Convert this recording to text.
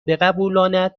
بقبولاند